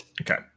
Okay